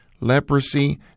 leprosy